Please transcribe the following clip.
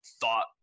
thought